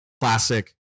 Classic